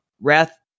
wrath